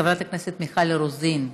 חברת הכנסת מיכל רוזין,